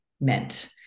meant